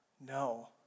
No